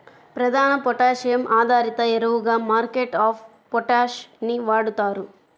ప్రధాన పొటాషియం ఆధారిత ఎరువుగా మ్యూరేట్ ఆఫ్ పొటాష్ ని వాడుతారు